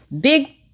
big